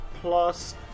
plus